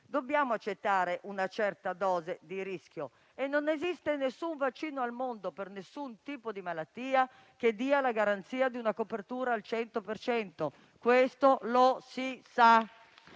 Dobbiamo accettare una certa dose di rischio e non esiste nessun vaccino al mondo, per nessun tipo di malattia, che dia la garanzia di una copertura al 100 per cento, questo lo si sa,